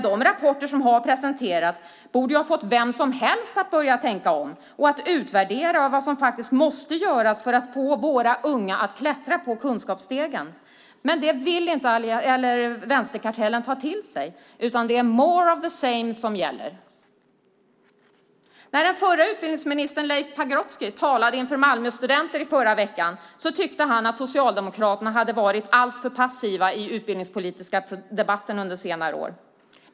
De rapporter som har presenterats borde ha fått vem som helst att börja tänka om och att utvärdera vad som faktiskt måste göras för att få våra unga att klättra på kunskapsstegen. Men det vill inte vänsterkartellen ta till sig, utan det är more of the same som gäller. När den förre utbildningsministern Leif Pagrotsky talade inför Malmöstudenter i förra veckan tyckte han att Socialdemokraterna hade varit alltför passiva i den utbildningspolitiska debatten under senare år.